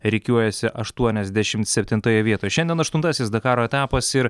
rikiuojasi aštuoniasdešimt septintoje vietoje šiandien aštuntasis dakaro etapas ir